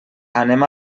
anem